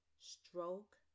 stroke